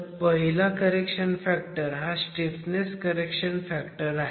तर पहिला correction factor हा स्टीफनेस करेक्शन फॅक्टर आहे